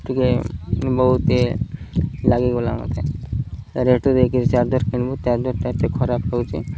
ଟିକେ ବହୁତ ଲାଗିଗଲା ମୋତେ ରେଟ୍ ଦେଇ କରି ଚାର୍ଜର୍ କିଣିବୁ ଚାର୍ଜର୍ଟା ଏତେ ଖରାପ ହେଉଛି